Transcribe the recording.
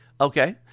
Okay